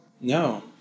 No